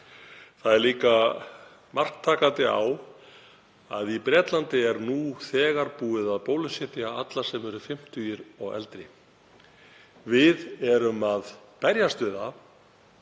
Það er líka mark takandi á að í Bretlandi er nú þegar búið að bólusetja alla sem eru fimmtugir og eldri. Við erum að berjast við